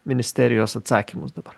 ministerijos atsakymus dabar